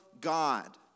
God